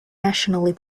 nationally